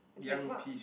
okay [what]